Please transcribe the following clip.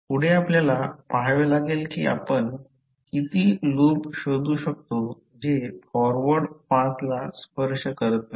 पुढे आपल्याला पहावे लागेल कि आपण किती लूप शोधू शकतो जे फॉरवर्ड पाथला स्पर्श करत नाही